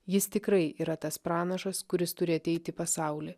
jis tikrai yra tas pranašas kuris turi ateit į pasaulį